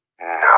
no